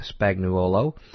Spagnuolo